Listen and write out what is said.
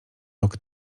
rok